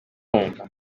wumva